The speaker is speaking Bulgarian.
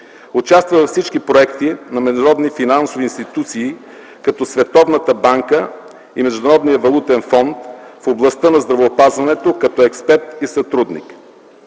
Участва във всички проекти на международни финансови институции, като Световната банка и Международния валутен фонд в областта на здравеопазването като експерт и сътрудник.